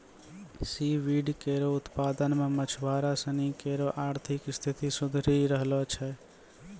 C weed केरो उत्पादन सें मछुआरा सिनी केरो आर्थिक स्थिति सुधरी रहलो छै